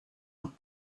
een